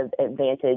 advantage